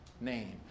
name